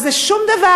אז זה שום דבר?